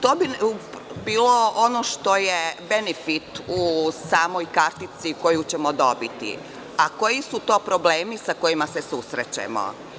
To bi bilo ono što je benefit u samoj kartici koju ćemo biti, a koji su to problemi sa kojima se susrećemo?